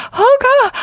oh ga! ah!